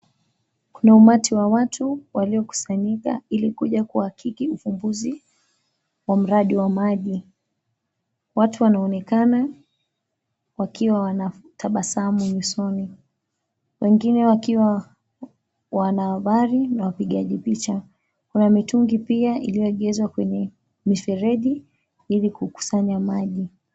Kuna umati wa watu waliokusanyika ili kuja kuhakiki uvumbuzi wa mradi wa maji. Watu wanaonekana wakiwa wanatabasamu nyusoni, wengine wakiwa wanahabari na wapigaji picha. Kuna mitungi pia iliyoegezwa kwenye mifereji ili kukusanya maji.